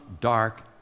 dark